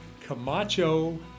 Camacho